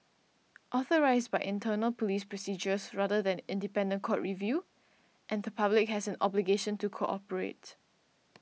authorised by internal police procedures rather than independent court review and the public has an obligation to cooperate